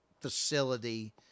facility